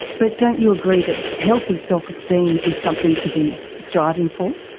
but don't you agree that healthy self-esteem is something to be striving for?